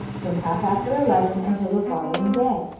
from half after eleven until the following day.